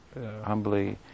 humbly